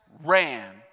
ran